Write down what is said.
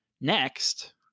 next